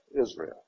Israel